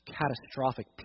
catastrophic